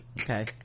okay